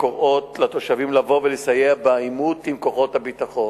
הקוראות לתושבים לבוא ולסייע בעימות עם כוחות הביטחון.